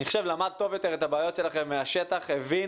אני חושב שהוא למד טוב יותר את הבעיות שלכם מהשטח והבין